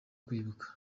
kwibuka